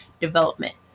development